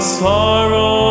sorrow